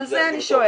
על זה אני שואלת.